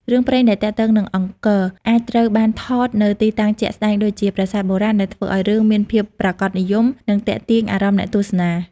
រឿងព្រេងដែលទាក់ទងនឹងអង្គរអាចត្រូវបានថតនៅទីតាំងជាក់ស្តែងដូចជា ប្រាសាទបុរាណ ដែលធ្វើឲ្យរឿងមានភាពប្រាកដនិយម និងទាក់ទាញអារម្មណ៍អ្នកទស្សនា។